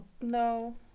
no